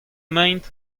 emaint